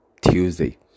Tuesday